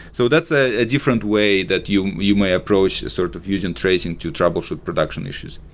so that's a different way that you you may approach sort of using tracing to troubleshoot production issues.